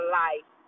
life